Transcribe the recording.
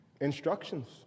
instructions